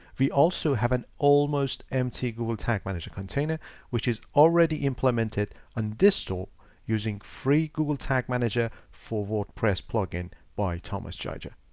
we also have an almost empty google tag manager container which is already implemented on this store using free google tag manager for wordpress plugin by thomas jj.